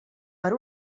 per